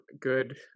good